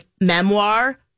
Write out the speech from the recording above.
memoir